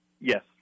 Yes